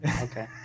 Okay